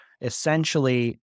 Essentially